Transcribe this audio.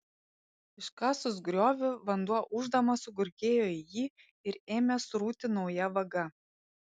iškasus griovį vanduo ūždamas sugurgėjo į jį ir ėmė srūti nauja vaga